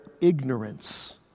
ignorance